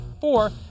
four